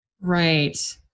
Right